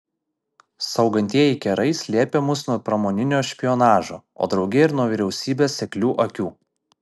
saugantieji kerai slėpė mus nuo pramoninio špionažo o drauge ir nuo vyriausybės seklių akių